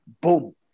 boom